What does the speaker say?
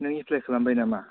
नों एप्लाइ खालामबाय नामा